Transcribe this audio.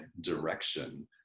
direction